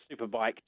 superbike